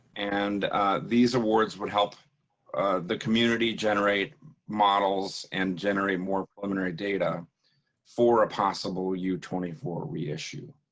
and these awards would help the community generate models and generate more preliminary data for a possible u twenty four reissue.